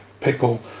People